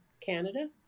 Canada